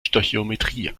stöchiometrie